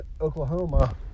Oklahoma